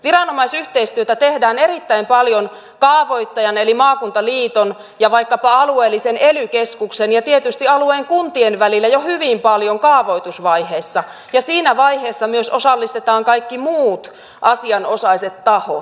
viranomaisyhteistyötä tehdään erittäin paljon kaavoittajan eli maakuntaliiton ja vaikkapa alueellisen ely keskuksen ja tietysti alueen kuntien välillä jo hyvin paljon kaavoitusvaiheessa ja siinä vaiheessa myös osallistetaan kaikki muut asianosaiset tahot